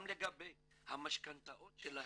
גם לגבי המשכנתאות שלהם.